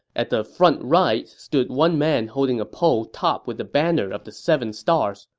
at the front right stood one man holding a pole topped with the banner of the seven stars,